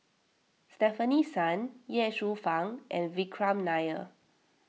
Stefanie Sun Ye Shufang and Vikram Nair